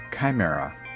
Chimera